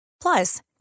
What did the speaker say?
plus